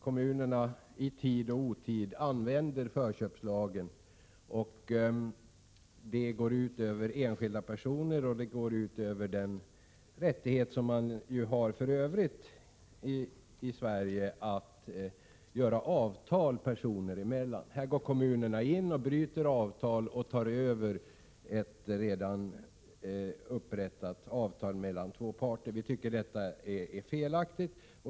Kommunerna använder förköpslagen i tid och otid och det går ut över enskilda personer och den rättighet som människor för övrigt har i Sverige att träffa avtal. Kommunerna går in och bryter avtal och tar över avtal som redan har upprättats mellan två parter. Vi tycker att detta är felaktigt.